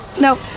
No